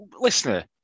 listener